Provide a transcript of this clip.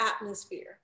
atmosphere